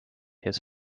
his